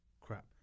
crap